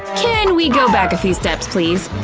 can we go back a few steps please?